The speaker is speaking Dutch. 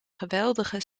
geweldige